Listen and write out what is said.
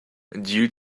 due